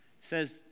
says